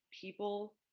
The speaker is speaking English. people